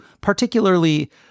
particularly